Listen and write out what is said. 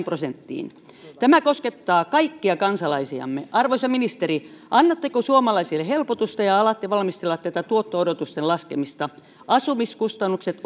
prosenttiin tämä koskettaa kaikkia kansalaisiamme arvoisa ministeri annatteko suomalaisille helpotusta ja alatte valmistella tätä tuotto odotusten laskemista asumiskustannukset